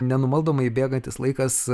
nenumaldomai bėgantis laikas